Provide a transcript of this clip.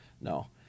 no